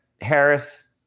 Harris